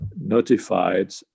notified